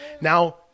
Now